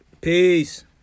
Peace